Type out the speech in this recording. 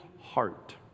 heart